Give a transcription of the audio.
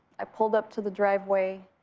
i pulled up to the driveway.